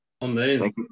Amazing